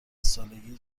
سالگی